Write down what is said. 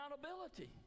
accountability